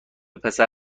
پسر